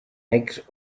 eggs